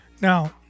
Now